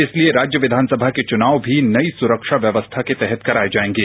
इसलिए राज्य विधानसभा के चुनाव भी नई सुरक्षा व्यवस्था के तहत कराए जाएंगे